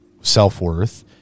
self-worth